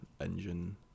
engine